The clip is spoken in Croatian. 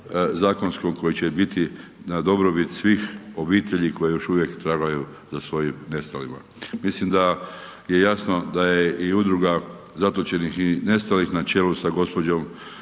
zakonskog koji će biti na dobrobit svih obitelji koji još uvijek tragaju za svojim nestalima. Mislim da je jasno da je i Udruga zatočenih i nestalih na čelu s gđom.